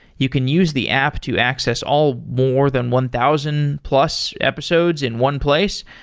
you can use the app to access all more than one thousand plus episodes in one place.